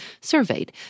surveyed